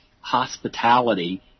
hospitality